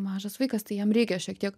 mažas vaikas tai jam reikia šiek tiek